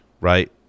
right